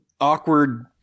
Awkward